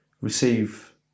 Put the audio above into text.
receive